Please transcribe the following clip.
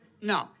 No